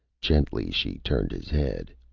gently she turned his head.